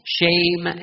shame